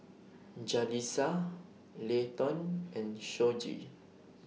Jalisa Leighton and Shoji